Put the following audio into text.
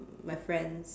my friends